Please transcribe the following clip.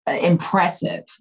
impressive